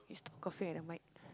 you still coughing at the mic